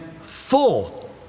full